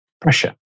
pressure